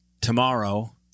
tomorrow